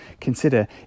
consider